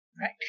Right